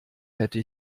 hätte